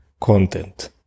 content